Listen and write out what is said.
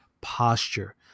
posture